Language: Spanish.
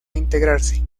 integrarse